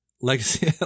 legacy